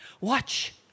Watch